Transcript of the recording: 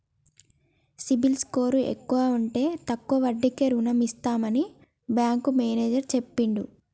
CIBIL score ఎక్కువ ఉంటే తక్కువ వడ్డీకే రుణం ఇస్తామని బ్యాంకు మేనేజర్ చెప్పిండు